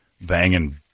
banging